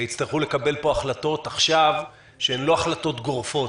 יצטרכו לקבל פה עכשיו החלטות שהן לא החלטות גורפות,